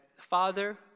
Father